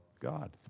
God